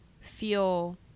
feel